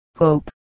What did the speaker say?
hope